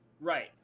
Right